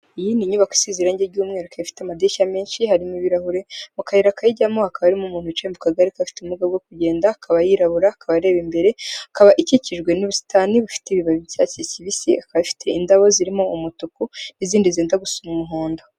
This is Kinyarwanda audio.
Iyi ni nyubako isize irangi ry'umweru, ikaba ifite amadirishya menshi, harimo ibirahure, mu kayira kayijyamo hakaba harimo umuntu wicaye mu kagare, akaba afite ubumuga bwo kugenda, akaba yirabura, akaba areba imbere, ikaba ikikijwe n'ubusitani bufite ibibabi by'icyatsi kibisi, ikaba ifite indabo zirimo umutuku n'izindi zenda gusu umuhondo.